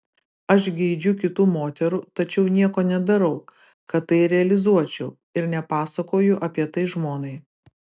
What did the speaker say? aš geidžiu kitų moterų tačiau nieko nedarau kad tai realizuočiau ir nepasakoju apie tai žmonai